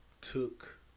took